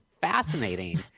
fascinating